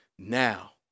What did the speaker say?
Now